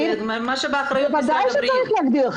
בוודאי צריך להגדיר.